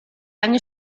año